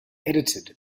edited